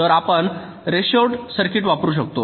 तर आपण रेशोईड सर्किट वापरू शकतो